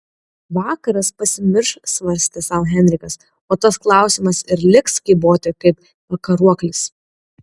vakaras pasimirš svarstė sau henrikas o tas klausimas ir liks kyboti kaip pakaruoklis